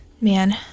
Man